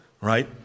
right